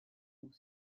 ont